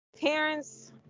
Parents